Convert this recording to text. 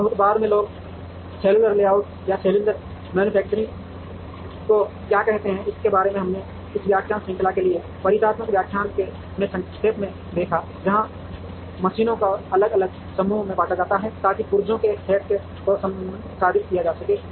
अब बहुत बाद में लोग सेलुलर लेआउट या सेल्युलर मैन्युफैक्चरिंग को क्या कहते हैं इसके बारे में हमने इस व्याख्यान श्रृंखला के लिए परिचयात्मक व्याख्यानों में संक्षेप में देखा जहां मशीनों को अलग अलग समूह में बांटा जाता है ताकि पुर्जों के एक सेट को संसाधित किया जा सके